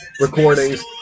recordings